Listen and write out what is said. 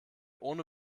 ohne